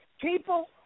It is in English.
people